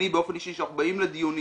אני באופן אישי שאנחנו באים לדיונים,